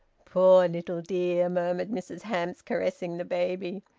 poor little dear! murmured mrs hamps, caressing the baby.